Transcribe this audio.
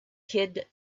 kid